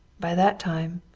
by that time